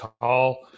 tall